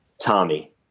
Tommy